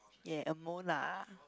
yea a molar